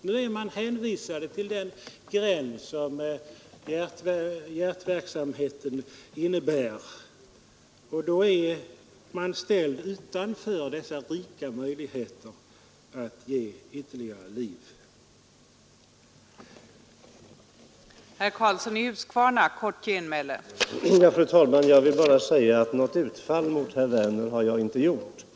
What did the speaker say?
Nu är man hänvisad till den gräns som den avbrutna hjärtverksamheten innebär, och därför är man ställd utanför de rika möjligheter att rädda liv, vilka i annat fall förelegat.